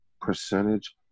percentage